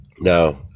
Now